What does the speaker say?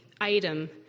item